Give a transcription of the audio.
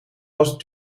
was